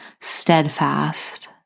steadfast